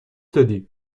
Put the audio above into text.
دادی